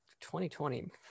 2020